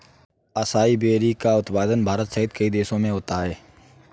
acai berry का उत्पादन भारत सहित कई देशों में होता है